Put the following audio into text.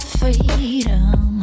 freedom